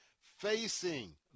facing